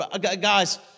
guys